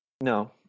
No